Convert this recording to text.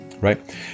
right